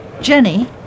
Jenny